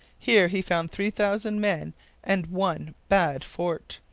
here he found three thousand men and one bad fort.